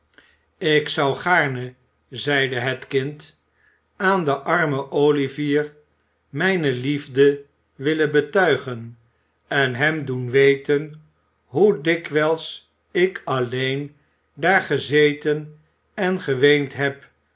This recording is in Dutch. ik zou gaarne zeide het kind aan den armen olivier mijne liefde willen betuigen en hem doen weten hoe dikwijls ik alleen daar gezeten en geweend heb